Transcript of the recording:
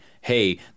hey